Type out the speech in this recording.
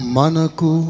Manaku